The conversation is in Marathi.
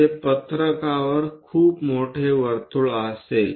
हे पत्रकावर एक खूप मोठे वर्तुळ असेल